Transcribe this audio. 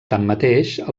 tanmateix